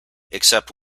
except